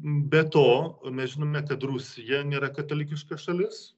be to mes žinome kad rusija nėra katalikiška šalis